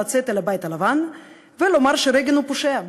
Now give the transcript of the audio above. לצאת אל הבית הלבן ולומר שרייגן הוא פושע.